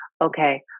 okay